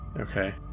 okay